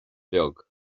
beag